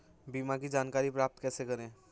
बीमा की जानकारी प्राप्त कैसे करें?